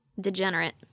degenerate